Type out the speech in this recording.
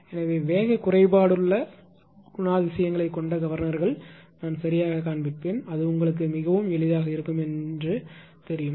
எனவே வேகக் குறைபாடுள்ள குணாதிசயங்களைக் கொண்ட கவர்னர்கள் நான் யாகக் காண்பிப்பேன் அது உங்களுக்கு மிகவும் எளிதாக இருக்கும் என்பது உங்களுக்குத் தெரியும்